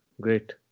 Great